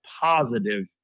positive